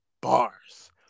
Bars